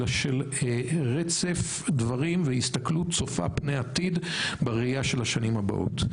אלא של רצף דברים והסתכלות צופה פני עתיד בראיה של השנים הבאות.